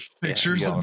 pictures